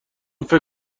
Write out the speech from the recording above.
فکر